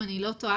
אם אני לא טועה,